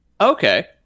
Okay